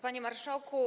Panie Marszałku!